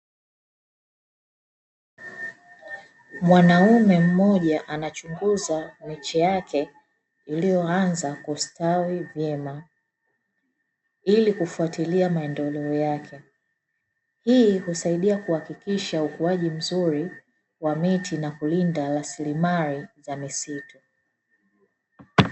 Mwanaume mmoja anachunguza mche wake uliostawi vyema ili kufuatilia mwenendo wake, hii husaidia kuhakikisha ukuaji mzuri wa miti na kulinda rasilimali za misitu.